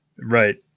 Right